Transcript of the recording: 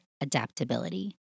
adaptability